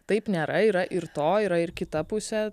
taip nėra yra ir to yra ir kita pusė